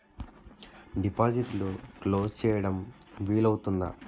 డిపాజిట్లు క్లోజ్ చేయడం వీలు అవుతుందా?